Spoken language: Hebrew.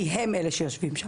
כי הם אלו שיושבים שם,